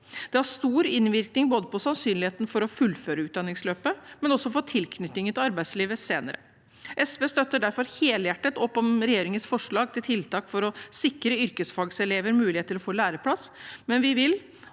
Det har stor innvirkning på både sannsynligheten for å fullføre utdanningsløpet og også for tilknytningen til arbeidslivet senere. SV støtter derfor helhjertet opp om regjeringens forslag til tiltak for å sikre yrkesfagelevene mulighet til å få læreplass, men vi vil